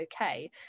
okay